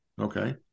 Okay